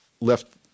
left